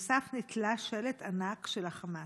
ובנוסף נתלה שלט ענק של החמאס.